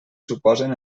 suposen